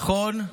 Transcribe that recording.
נכון.